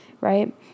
right